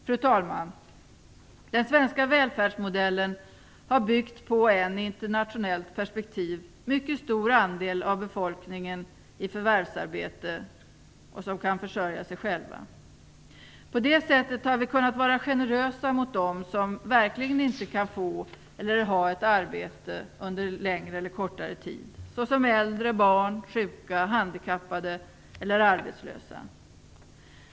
Fru talman! Den svenska välfärdsmodellen har byggt på att en i internationellt perspektiv mycket stor andel av befolkningen är i förvärvsarbete och kan försörja sig själv. På det sättet har vi kunnat vara generösa mot dem som verkligen inte kan få eller ha ett arbete under längre eller kortare tid, såsom äldre, barn, sjuka, handikappade eller arbetslösa.